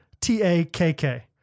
t-a-k-k